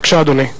בבקשה, אדוני.